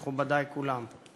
מכובדי כולם,